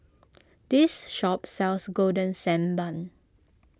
this shop sells Golden Sand Bun